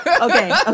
okay